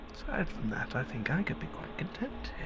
aside from that i think i could be quite content